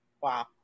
Wow